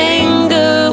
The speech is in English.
anger